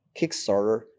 Kickstarter